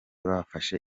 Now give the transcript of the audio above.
bafashe